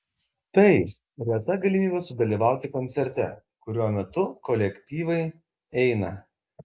tai reta galimybė sudalyvauti koncerte kurio metu kolektyvai eina